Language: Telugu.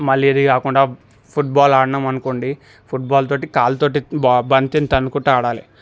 మళ్ళీ ఇది కాకుండా ఫుడ్బాల్ ఆడినామనుకోండి ఫుడ్బాల్ తోటి కాలితోటి బా బంతిని తన్నుకుంటూ ఆడాలి